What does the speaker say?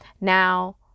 Now